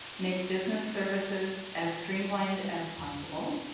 make business services as streamlined as possible,